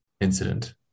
incident